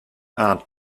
aunt